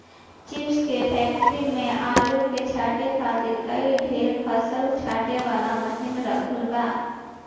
chips के factory में आलू के छांटे खातिर कई ठे फसल छांटे वाला मशीन रखल बा